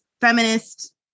feminist